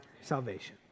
salvation